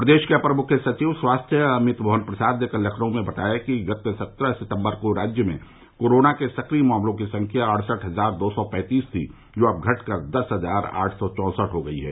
प्रदेश के अपर मुख्य सचिव स्वास्थ्य अमित मोहन प्रसाद ने कल लखनऊ में बताया कि गत सत्रह सितम्बर को राज्य में कोरोना के सक्रिय मामलों की संख्या अड़सठ हजार दो सौ पैतीस थी जो कि अब घटकर दस हजार आठ सौ चौसठ हो गयी है